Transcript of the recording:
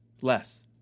less